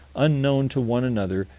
unknown to one another,